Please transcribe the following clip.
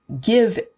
give